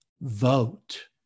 vote